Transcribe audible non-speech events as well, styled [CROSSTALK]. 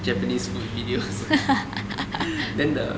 japanese food videos [LAUGHS]